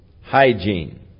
hygiene